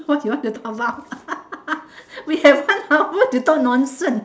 who ask you all to come out we have one hour to talk nonsense